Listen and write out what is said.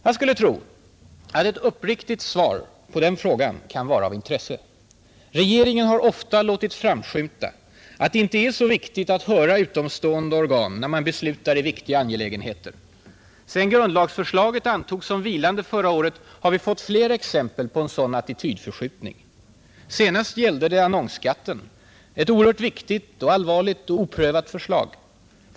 Jag skulle tro att ett uppriktigt svar på den frågan kunde vara av intresse. Regeringen har ofta låtit framskymta att det inte är så viktigt att höra utomstående organ när man beslutar i viktiga angelägenheter. Sedan grundlagsförslaget antogs som vilande förra året har vi fått fler exempel på en sådan attitydförskjut ning. Senast gällde det annonsskatten, ett oerhört viktigt och allvarligt och oprövat förslag.